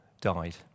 died